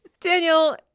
daniel